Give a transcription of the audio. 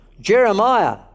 Jeremiah